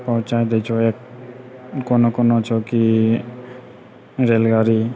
पहुँचा दै छौ कोनो कोनो छौ कि रेलगाड़ी